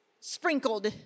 sprinkled